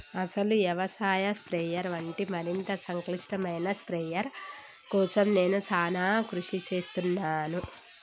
అసలు యవసాయ స్ప్రయెర్ వంటి మరింత సంక్లిష్టమైన స్ప్రయెర్ కోసం నేను సానా కృషి సేస్తున్నాను